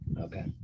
okay